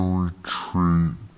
retreat